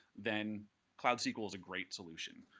then cloud sql is a great solution.